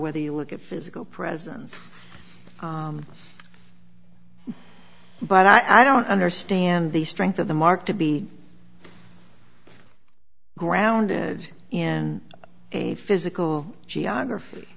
whether you look at physical presence but i don't understand the strength of the mark to be grounded in a physical geography